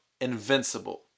invincible